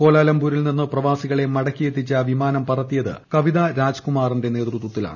കോലാലംപൂരിൽ നിന്ന് പ്രവാസികളെ മടക്കിയെത്തിച്ച വിമാനം പറത്തിയത് കവിത രാജ്കുമാറിന്റെ നേതൃത്യത്തിലാണ്